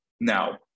Now